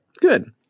Good